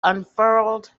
unfurled